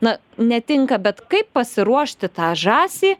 na netinka bet kaip pasiruošti tą žąsį